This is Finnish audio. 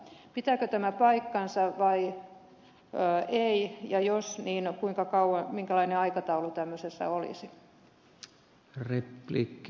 pitääkö tämä paikkansa vai ei ja jos pitää niin minkälainen aikataulu tämmöisessä olisi